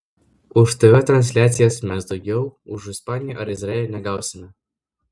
už tv transliacijas mes daugiau už ispaniją ar izraelį negausime